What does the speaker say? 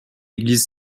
église